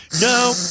No